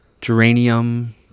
geranium